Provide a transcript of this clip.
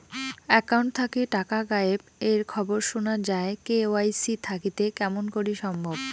Account থাকি টাকা গায়েব এর খবর সুনা যায় কে.ওয়াই.সি থাকিতে কেমন করি সম্ভব?